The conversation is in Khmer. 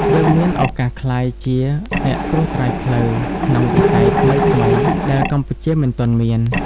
យើងមានឱកាសក្លាយជា "អ្នកត្រួសត្រាយផ្លូវ" ក្នុងវិស័យថ្មីៗដែលកម្ពុជាមិនទាន់មាន។